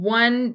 one